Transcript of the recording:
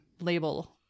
label